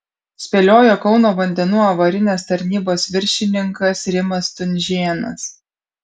spėliojo kauno vandenų avarinės tarnybos viršininkas rimas stunžėnas